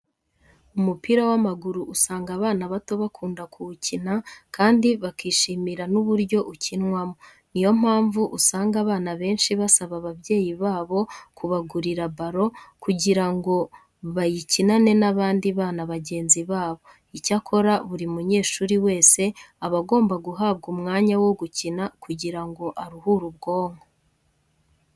Umupira w'amaguru usanga abana bato bakunda kuwukina kandi bakishimira n'uburyo ukinwamo. Niyo mpamvu usanga abana benshi basaba ababyeyi babo kubagurira baro kugira ngo bayikinane n'abandi bana bagenzi babo. Icyakora buri munyeshuri wese aba agomba guhabwa umwanya wo gukina kugira ngo aruhure ubwonko.